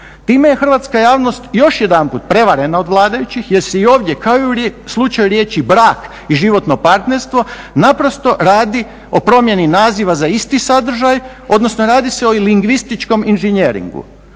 Time je hrvatska javnost još jedanput prevarena od vladajućih jer se i ovdje kao i u slučaju riječi brak i životno partnerstvo naprosto radi o promjeni naziva za isti sadržaj odnosno radi se o lingvističkom inženjeringu.